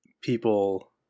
people